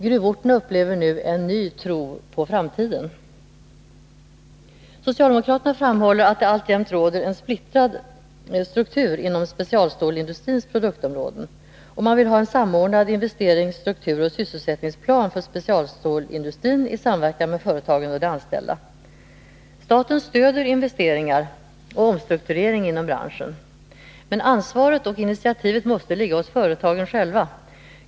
Gruvorterna upplever nu en ny tro på framtiden. Socialdemokraterna framhåller att det alltjämt råder en splittrad struktur inom specialstålsindustrins produktområden, och man vill ha en samordnad investerings-, strukturoch sysselsättningsplan för specialstålsindustrin i samverkan med företagen och de anställda. Staten stöder investeringar och omstrukturering inom branschen. Men ansvaret och initiativet måste ligga hos företagen själva.